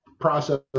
process